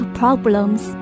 problems